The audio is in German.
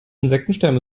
insektensterben